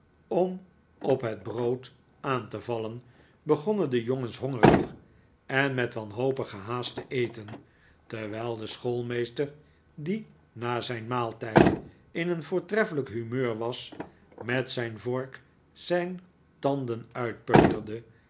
om op het brood aan te vallen begonnen de jongens hongerig en met wanhopige haast te eten terwijl de schoolmeester die na zijn maaltijd in een voortreffelijk humeur was met zijn vork zijn tanden uitpeuterde